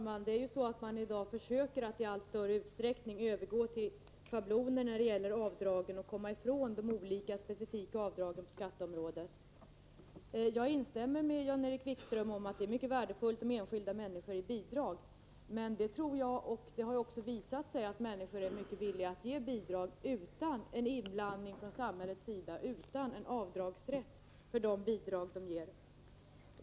Fru talman! Man försöker i dag att i allt större utsträckning övergå till schabloner när det gäller avdragen och komma ifrån de olika specifika avdragen på skatteområdet. Jag instämmer i det Jan-Erik Wikström säger om att det är mycket värdefullt att enskilda människor ger bidrag. Men det 51 har också visat sig att människor är mycket villiga att ge bidrag utan en inblandning från samhällets sida, utan en avdragsrätt för de bidrag som ges.